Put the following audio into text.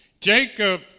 Jacob